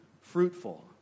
fruitful